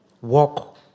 walk